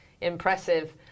impressive